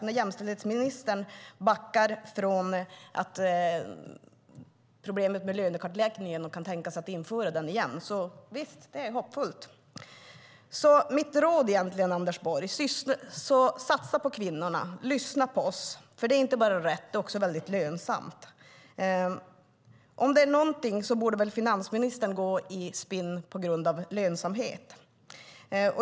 När jämställdhetsministern backar från detta med problemen med lönekartläggningen och kan tänka sig att införa den igen kan man säga att det är hoppfullt. Mitt råd till Anders Borg är: Satsa på kvinnorna! Lyssna på oss, för det är inte bara rätt utan också väldigt lönsamt. Om något borde väl finansministern gå i spinn på grund av lönsamhet?